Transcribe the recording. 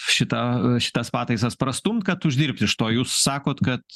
šitą šitas pataisas prastumt kad uždirbt iš to jūs sakot kad